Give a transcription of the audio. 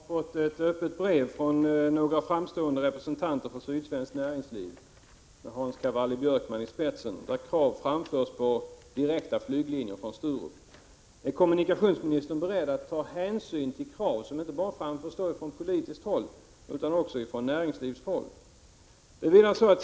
Herr talman! Kommunikationsministern har fått ett öppet brev från några framstående representanter för sydsvenskt näringsliv, med Hans Cavalli Björkman i spetsen, där krav framförs på direkta flygförbindelser från Sturup. Är kommunikationsministern beredd att ta hänsyn till krav som framförs inte bara från politiskt håll utan också från näringslivshåll?